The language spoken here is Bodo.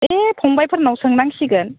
बे फंबाइफोरनाव सोंनांसिगोन